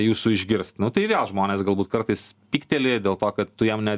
jūsų išgirst nu tai vėl žmonės galbūt kartais pykteli dėl to kad tu jam ne